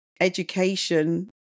education